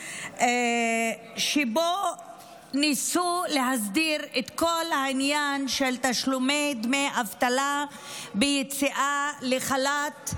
שבו ניסו להסדיר את כל העניין של תשלומי דמי אבטלה ביציאה לחל"ת.